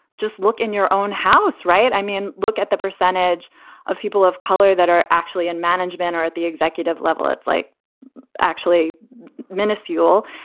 just look in your own house, right? i mean, look at the percentage of people of color that are actually in management or at the executive level. it's like actually minuscule.